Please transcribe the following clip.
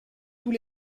tous